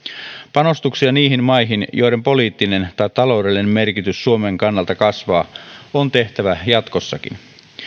panostuksia niihin maihin joiden poliittinen tai taloudellinen merkitys suomen kannalta kasvaa on tehtävä jatkossakin